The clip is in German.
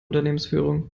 unternehmensführung